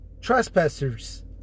trespassers